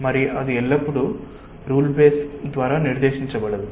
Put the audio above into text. మరియు అది ఎల్లప్పుడూ రూల్ బేస్ ద్వారా నిర్దేశించబడదు